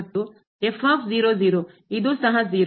ಮತ್ತು ಇದು ಸಹ 0